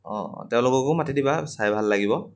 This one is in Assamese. অঁ অঁ তেওঁলোককো মাতি দিবা চাই ভাল লাগিব